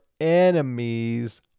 enemies